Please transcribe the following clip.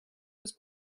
was